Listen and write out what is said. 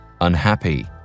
unhappy